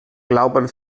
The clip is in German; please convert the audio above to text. glauben